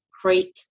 creek